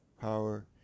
power